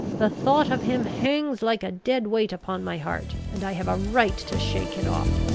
the thought of him hangs like a dead weight upon my heart, and i have a right to shake it off.